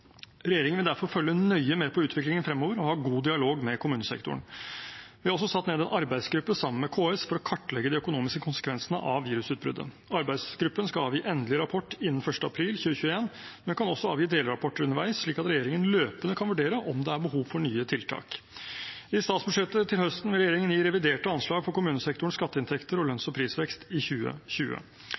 Regjeringen vil derfor følge nøye med på utviklingen fremover og ha god dialog med kommunesektoren. Vi har også satt ned en arbeidsgruppe sammen med KS for å kartlegge de økonomiske konsekvensene av virusutbruddet. Arbeidsgruppen skal avgi endelig rapport innen 1. april 2021, men kan også avgi delrapporter underveis, slik at regjeringen løpende kan vurdere om det er behov for nye tiltak. I statsbudsjettet til høsten vil regjeringen gi reviderte anslag for kommunesektorens skatteinntekter og lønns- og prisvekst i 2020.